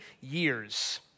years